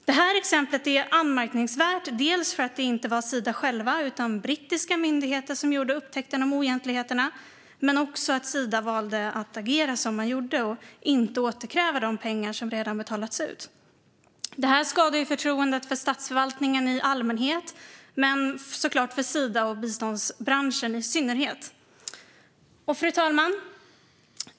Det här exemplet är anmärkningsvärt, både för att det inte var Sida självt utan brittiska myndigheter som upptäckte oegentligheterna och för att Sida valde att agera som man gjorde och inte återkräva de pengar som redan betalats ut. Det här skadar förtroendet för statsförvaltningen i allmänhet och såklart för Sida och biståndsbranschen i synnerhet. Fru talman!